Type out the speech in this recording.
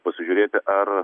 pasižiūrėti ar